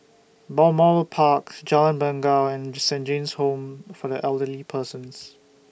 Balmoral Park Jalan Bangau and Saint John's Home For The Elderly Persons